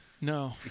No